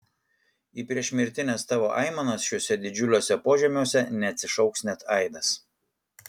į priešmirtines tavo aimanas šiuose didžiuliuose požemiuose neatsišauks net aidas